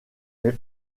mais